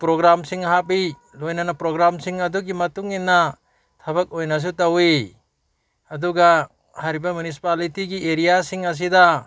ꯄ꯭ꯔꯣꯒ꯭ꯔꯥꯝꯁꯤꯡ ꯍꯥꯞꯄꯤ ꯂꯣꯏꯅꯅ ꯄ꯭ꯔꯣꯒ꯭ꯔꯥꯝꯁꯤꯡ ꯑꯗꯨꯒꯤ ꯃꯇꯨꯡ ꯏꯟꯅ ꯊꯕꯛ ꯑꯣꯏꯅꯁꯨ ꯇꯧꯋꯤ ꯑꯗꯨꯒ ꯍꯥꯏꯔꯤꯕ ꯃ꯭ꯌꯨꯅꯤꯁꯤꯄꯥꯂꯤꯇꯤꯒꯤ ꯑꯦꯔꯤꯌꯥꯁꯤꯡ ꯑꯁꯤꯗ